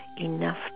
Enough